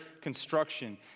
construction